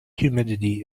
humidity